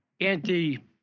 anti